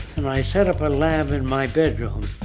and i set up a lab in my bedroom.